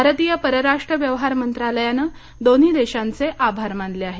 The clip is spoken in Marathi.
भारतीय परराष्ट्र व्यवहार मंत्रालयानं दोन्ही देशाचे आभार मानले आहेत